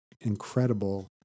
incredible